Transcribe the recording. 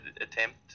attempt